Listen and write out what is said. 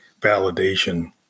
validation